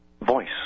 voice